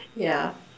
yeah